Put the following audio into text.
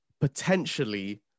potentially